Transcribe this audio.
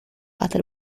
hasta